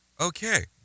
okay